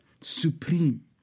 Supreme